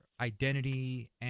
identity